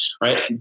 right